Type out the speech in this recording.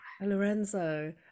Lorenzo